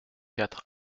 quatre